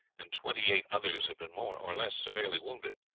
and twenty-eight others had been more or less severely wounded.